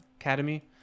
academy